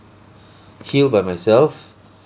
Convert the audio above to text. heal by myself